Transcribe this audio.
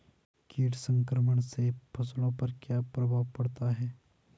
कीट संक्रमण से फसलों पर क्या प्रभाव पड़ता है?